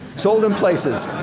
sold in places.